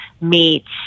meets